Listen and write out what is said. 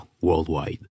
worldwide